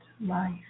life